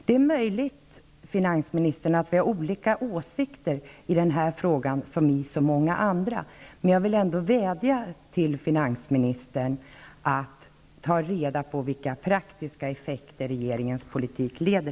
Det är möjligt att finansministern och jag har olika åsikter i den här frågan, som i så många andra frågor, men jag vill ändå vädja till henne att ta reda på vilka praktiska effekter regeringens politik får.